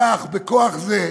כך, בכוח זה,